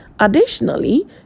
Additionally